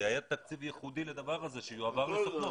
יהיה גם תקציב ייחודי לדבר הזה שיועבר לסוכנות?